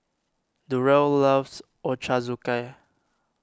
Durrell loves Ochazuke